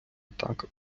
атака